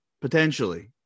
potentially